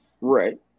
right